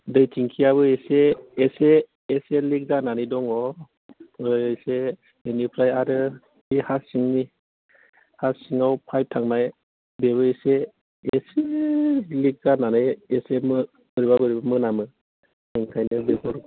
दै थिेखियाबो एसे एसे लिक जानानै दङ ओरै इसे बेनिफ्राय आरो बे हा सिंनि हा सिंआव पाइप थांनाय बेबो एसे इसे लिक जानानै एसे बोरैबा बोरैबि मोनामो ओंखायनो बेफोर